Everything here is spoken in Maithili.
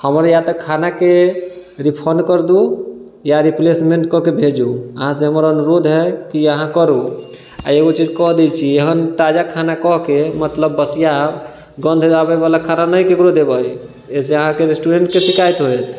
हमरा या तऽ खानाके रिफंड कर दू या रिप्लेसमेंट कऽ के भेजू अहाँसँ हमर अनुरोध है की अहाँ करू आओर एगो चीज कह दै छी एकदम ताजा खाना कहके मतलब बसिया गन्ध आबैवला खाना नहि ककरो देबै अयसे अहाँके रेस्टूरेंटके शिकायत होयत